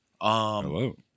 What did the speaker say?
Hello